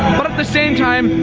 but at the same time,